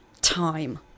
time